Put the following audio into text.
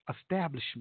establishment